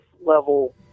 level